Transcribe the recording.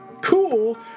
cool